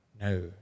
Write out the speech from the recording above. No